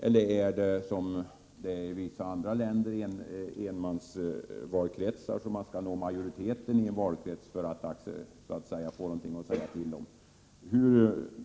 Eller är det, som i vissa andra länder, enmansvalkretsar, där man skall nå majoritet för att få någonting att säga till om?